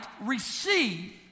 receive